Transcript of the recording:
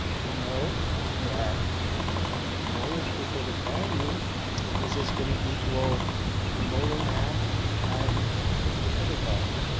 we know that the molar specific volume is just going to equal the molar mass times the specific volume.